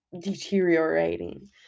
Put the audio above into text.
deteriorating